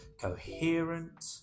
coherent